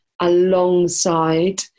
alongside